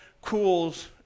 cools